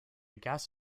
gas